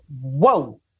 whoa